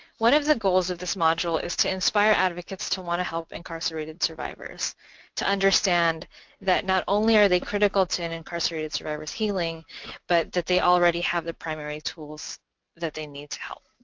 one of the goals of this module is to inspire advocates to want to help incarcerated survivors to understand that not only are they critical to an incarcerated survivor's healing but that they already have the primary tools that they need to help.